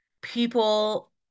people